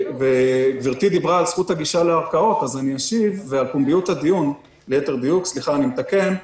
גברתי דיברה על פומביות הדיון, אז אשיב: